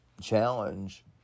challenge